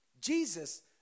Jesus